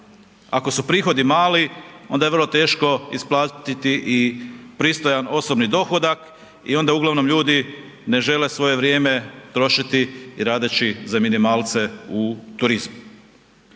ako su prihodi mali, onda je vrlo teško isplatiti i pristojan osobni dohodak i onda uglavnom ljudi ne žele svoje vrijeme trošiti radeći za minimalce u turizmu.